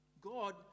God